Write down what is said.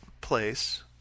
place